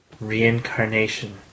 Reincarnation